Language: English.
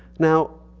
now,